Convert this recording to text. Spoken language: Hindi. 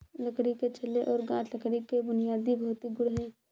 लकड़ी के छल्ले और गांठ लकड़ी के बुनियादी भौतिक गुण हैं